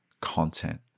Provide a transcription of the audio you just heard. content